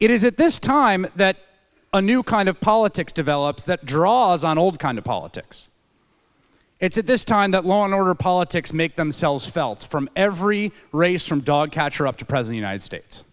it is it this time that a new kind of politics develops that draws on old kind of politics it's at this time that law and order politics make themselves felt from every race from dogcatcher up to present united states